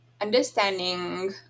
understanding